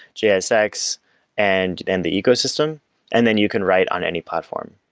jsx and and the ecosystem and then you can write on any platform.